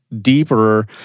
deeper